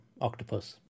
octopus